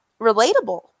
relatable